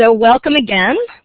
so welcome again,